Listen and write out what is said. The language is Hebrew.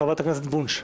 חברת הכנסת וונש.